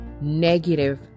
negative